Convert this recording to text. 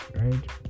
right